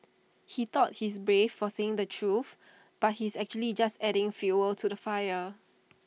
he thought he's brave for saying the truth but he's actually just adding fuel to the fire